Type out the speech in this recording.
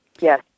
Yes